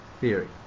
theory